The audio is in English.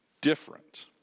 different